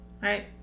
right